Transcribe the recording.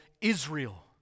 Israel